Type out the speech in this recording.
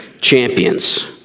champions